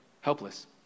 helpless